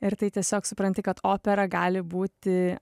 ir tai tiesiog supranti kad opera gali būti